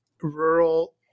rural